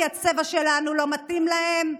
כי הצבע שלנו לא מתאים להם.